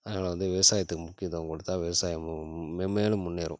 அதனால் வந்து விவசாயத்துக்கு முக்கியத்துவம் கொடுத்தா விவசாயமும் மென்மேலும் முன்னேறும்